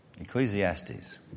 Ecclesiastes